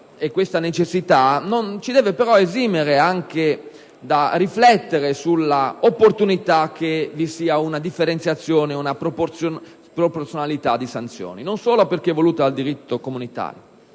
e questa necessità non ci devono però esimere dal riflettere sull'opportunità che vi sia una differenziazione e una proporzionalità di sanzioni, non solo perché voluta dal diritto comunitario,